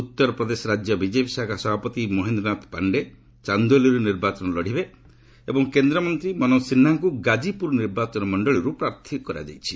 ଉତ୍ତରପ୍ଦେଶ ରାଜ୍ୟ ବିଜେପି ଶାଖା ସଭାପତି ମହେନ୍ଦ୍ନାଥ ପାଣ୍ଡେ ଚାନ୍ଦୌଲିରୁ ନିର୍ବାଚନ ଲଢ଼ିବେ ଏବଂ କେନ୍ଦ୍ରମନ୍ତ୍ରୀ ମନୋଜ ସିହ୍ରାଙ୍କୁ ଗାକ୍ପିପୁର ନିର୍ବାଚନ ମଣ୍ଡଳୀରୁ ପ୍ରାର୍ଥୀ କରାଯାଇଛି